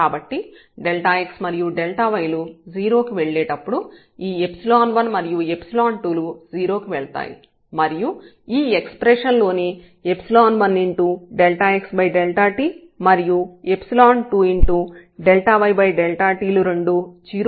కాబట్టి ∆x మరియు ∆y లు 0 కి వెళ్లేటప్పుడు ఈ 1 మరియు 2 లు 0 కి వెళ్తాయి మరియు ఈ ఎక్స్ప్రెషన్ లోని 1xt మరియు 2yt లు రెండూ 0 అవుతాయి